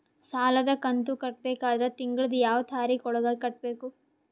ಸಾಲದ ಕಂತು ಕಟ್ಟಬೇಕಾದರ ತಿಂಗಳದ ಯಾವ ತಾರೀಖ ಒಳಗಾಗಿ ಕಟ್ಟಬೇಕು?